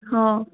ହଁ